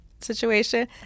situation